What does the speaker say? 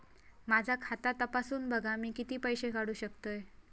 माझा खाता तपासून बघा मी किती पैशे काढू शकतय?